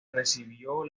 recibió